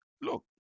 Look